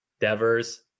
Devers